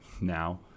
now